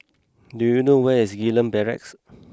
do you know where is Gillman Barracks